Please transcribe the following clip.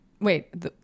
Wait